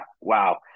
wow